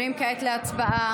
עוברים כעת להצבעה,